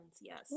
Yes